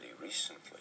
recently